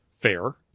fair